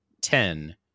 ten